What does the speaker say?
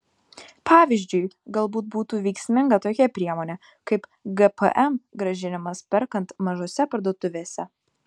pavyzdžiui galbūt būtų veiksminga tokia priemonė kaip gpm grąžinimas perkant mažose parduotuvėse